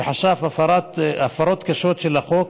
שחשף הפרות קשות של החוק.